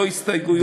לא הסתייגויות ולא,